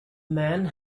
man